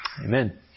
Amen